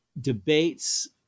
debates